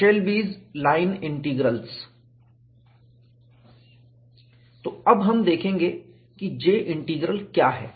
Eshelby's line integrals Eshelby's line Integrals तो अब हम देखेंगे कि J इंटीग्रल क्या है